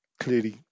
Clearly